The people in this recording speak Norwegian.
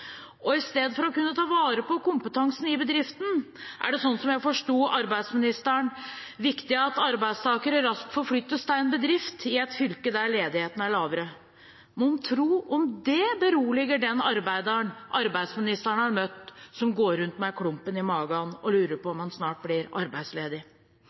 I stedet for å ta vare på kompetansen i bedriften er det, slik jeg forsto arbeidsministeren, viktig at arbeidstakere raskt forflyttes til en bedrift i et fylke der ledigheten er lavere. Mon tro om det beroliger den arbeideren arbeidsministeren har møtt som går rundt med klump i magen og lurer på om han snart blir arbeidsledig.